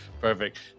Perfect